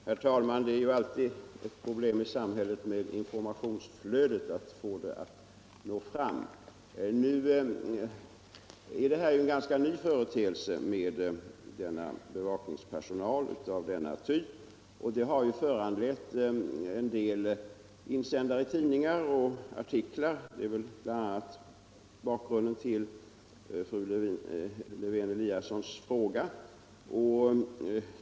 Herr talman! Det är alltid svårt att få informationsflödet i samhället att nå fram. Att bostadsföretagen anlitar bevakningspersonal av denna typ är en ganska ny företeelse. Det har föranlett en del insändare och artiklar i tidningarna — det är väl bl.a. bakgrunden till fru Lewén Eliassons fråga.